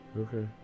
Okay